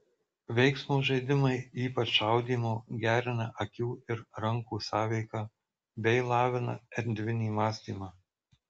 veiksmo žaidimai ypač šaudymo gerina akių ir rankų sąveiką bei lavina erdvinį mąstymą